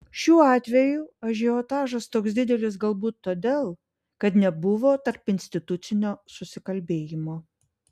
šiuo atveju ažiotažas toks didelis galbūt todėl kad nebuvo tarpinstitucinio susikalbėjimo